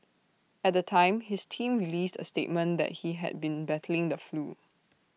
at the time his team released A statement that he had been battling the flu